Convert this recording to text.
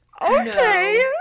Okay